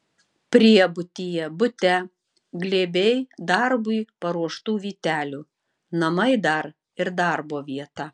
priebutyje bute glėbiai darbui paruoštų vytelių namai dar ir darbo vieta